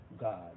God